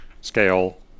Scale